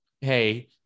Hey